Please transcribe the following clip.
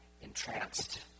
entranced